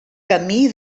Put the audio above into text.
camí